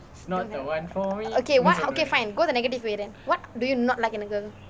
okay what okay fine go the negative way then what do you not like in a girl